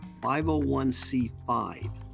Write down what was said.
501c5